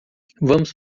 vamos